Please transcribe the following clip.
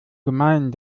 gemein